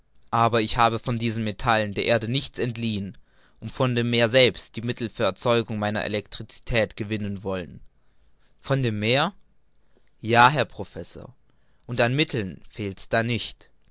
aber ich habe von diesen metallen der erde nichts entliehen und von dem meer selbst die mittel für erzeugung meiner elektricität gewinnen wollen von dem meer ja herr professor und an mitteln fehlt's da nicht